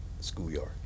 schoolyard